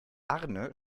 arne